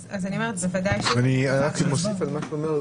אני אוסיף על השאלה.